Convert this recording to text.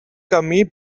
camí